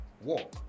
walk